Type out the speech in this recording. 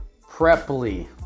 Preply